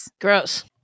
Gross